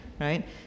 right